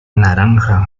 naranja